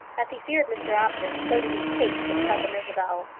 as he feared mr apjohn, so did he hate his cousin isabel.